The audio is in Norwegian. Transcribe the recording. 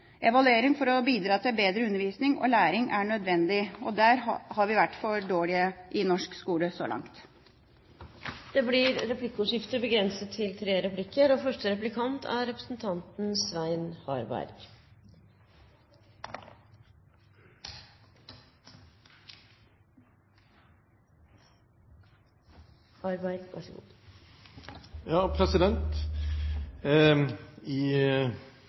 Evaluering for å bidra til bedre undervisning og læring er nødvendig, og der har vi vært for dårlige i norsk skole så langt. Det blir replikkordskifte. I innlegget fra saksordføreren ble det presisert behovet for at lærer får være lærer, og det har gått igjen i